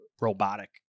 robotic